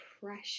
pressure